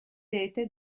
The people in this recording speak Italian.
rete